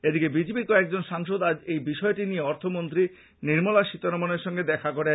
এদিকে বিজেপির কয়েকজন সাংসদ আজ এই বিষয়টি নিয়ে অর্থমন্ত্রী নির্মলা সীতারমনের সঙ্গে দেখা করেন